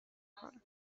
کنم